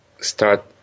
start